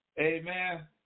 Amen